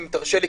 אם תרשה לי,